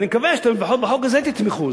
אני מקווה שאתם לפחות בחוק הזה תתמכו.